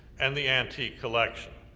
and the antique collection.